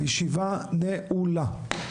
הישיבה נעולה.